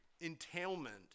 entailment